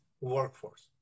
workforce